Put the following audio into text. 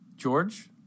George